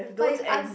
but is un~